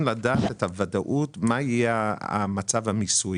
לדעת את הוודאות לגבי מה יהיה המצב המיסויי.